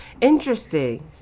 Interesting